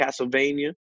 Castlevania